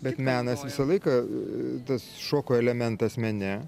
bet menas visą laiką tas šoko elementas mene